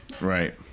Right